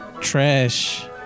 trash